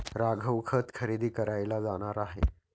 राघव खत खरेदी करायला जाणार आहे